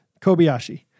Kobayashi